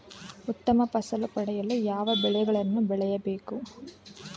ಉತ್ತಮ ಫಸಲು ಪಡೆಯಲು ಯಾವ ಬೆಳೆಗಳನ್ನು ಬೆಳೆಯಬೇಕು?